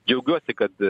džiaugiuosi kad